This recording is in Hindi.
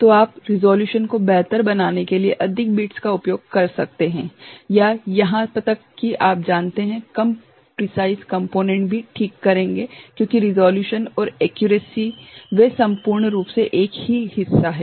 तो आप रिसोल्यूशन को बेहतर बनाने के लिए अधिक बिट्स का उपयोग कर सकते हैं या यहां तक कि आप जानते हैं कम प्रिसाइज कम्पोनेंट्स भी ठीक करेंगे क्योंकि रिसोल्यूशन और एक्यूरेसी वे सम्पूर्ण रूप से एक ही हिस्सा हैं